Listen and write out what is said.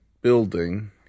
building